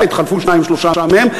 אולי התחלפו שניים-שלושה מהם,